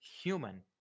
human